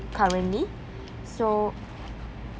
currently so